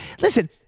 Listen